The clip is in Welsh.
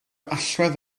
allwedd